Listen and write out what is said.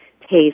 taste